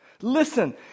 Listen